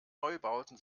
neubauten